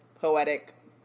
poetic